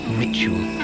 ritual